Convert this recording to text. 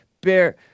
Bear